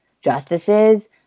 justices